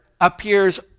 appears